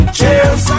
Cheers